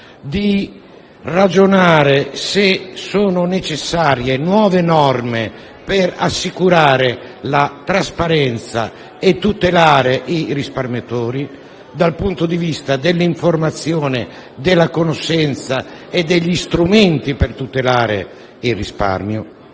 di ragionare se siano necessarie nuove norme per assicurare la trasparenza e tutelare i risparmiatori dal punto di vista dell'informazione, della conoscenza e degli strumenti a tutela del risparmio.